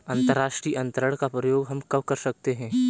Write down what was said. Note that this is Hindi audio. अंतर्राष्ट्रीय अंतरण का प्रयोग हम कब कर सकते हैं?